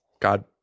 God